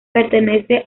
pertenece